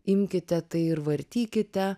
imkite tai ir vartykite